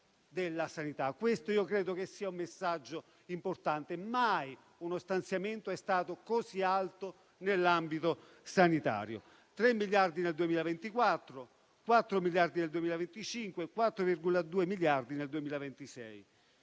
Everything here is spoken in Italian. questo credo che sia un messaggio importante. Mai uno stanziamento è stato così alto nell'ambito sanitario: 3 miliardi nel 2024, 4 miliardi nel 2025, 4,2 miliardi nel 2026,